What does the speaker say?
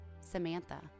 Samantha